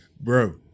Bro